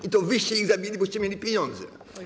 I to wyście ich zabili, boście mieli pieniądze.